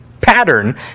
pattern